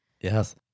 Yes